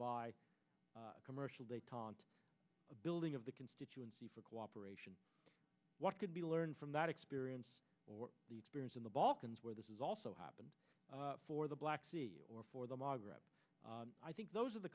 by commercial detente the building of the constituency for cooperation what could be learned from that experience or the experience in the balkans where this is also happened for the black sea or for the magreb i think those are the